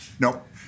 nope